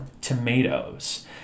tomatoes